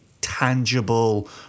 tangible